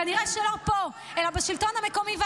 כנראה שלא פה, אלא בשלטון המקומי והאזורי,